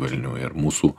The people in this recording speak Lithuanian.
velnių ir mūsų